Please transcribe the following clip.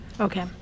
okay